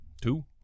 two